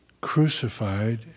crucified